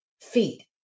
feet